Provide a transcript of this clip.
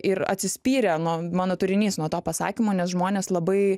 ir atsispyrę nuo mano turinys nuo to pasakymo nes žmonės labai